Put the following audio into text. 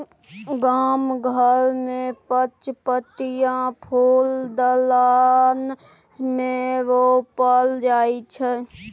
गाम घर मे पचपतिया फुल दलान मे रोपल जाइ छै